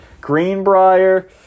Greenbrier